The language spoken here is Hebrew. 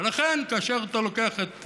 ולכן, כאשר אתה לוקח את